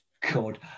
God